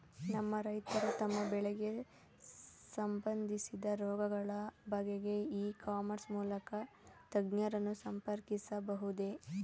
ನಮ್ಮ ರೈತರು ತಮ್ಮ ಬೆಳೆಗೆ ಸಂಬಂದಿಸಿದ ರೋಗಗಳ ಬಗೆಗೆ ಇ ಕಾಮರ್ಸ್ ಮೂಲಕ ತಜ್ಞರನ್ನು ಸಂಪರ್ಕಿಸಬಹುದೇ?